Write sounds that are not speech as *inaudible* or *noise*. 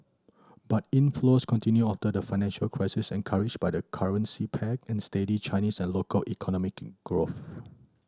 but inflows continued after the financial crisis encouraged by the currency peg and steady Chinese and local economic growth *noise*